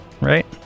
right